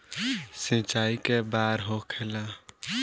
सिंचाई के बार होखेला?